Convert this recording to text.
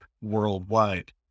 worldwide